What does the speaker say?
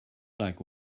like